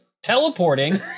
Teleporting